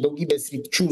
daugybėj sričių